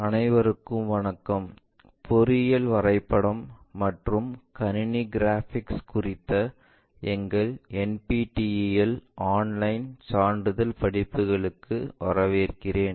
அனைவருக்கும் வணக்கம் பொறியியல் வரைபடம் மற்றும் கணினி கிராபிக்ஸ் குறித்த எங்கள் NPTEL ஆன்லைன் சான்றிதழ் படிப்புகளுக்கு வரவேற்கிறேன்